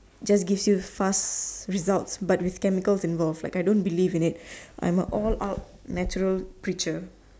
just give you fast result but with chemical involved like I don't believe in it I'm a all out natural creature